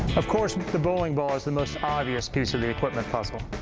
of course, the bowling ball is the most obvious piece of the equipment puzzle,